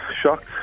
Shocked